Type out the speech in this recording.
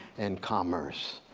and commerce.